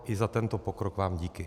I za tento pokrok vám díky.